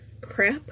Crap